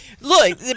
Look